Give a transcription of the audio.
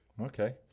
okay